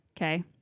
Okay